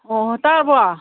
ꯑꯣ ꯇꯥꯕ꯭ꯔꯣ